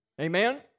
Amen